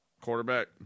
quarterback